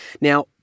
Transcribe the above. Now